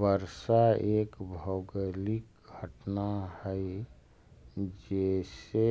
वर्षा एक भौगोलिक घटना हई जेसे